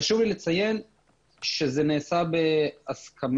חשוב לי לציין שזה נעשה בהסכמה.